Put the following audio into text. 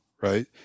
Right